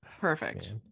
Perfect